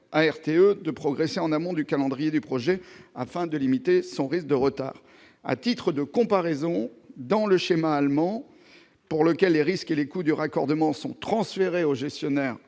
de progresser en amont du calendrier du projet, afin de limiter son risque de retard. À titre de comparaison, dans le schéma allemand, dans lequel les risques et les coûts du raccordement sont transférés au gestionnaire